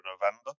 November